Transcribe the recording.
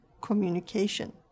communication